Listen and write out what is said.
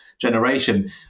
generation